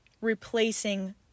replacing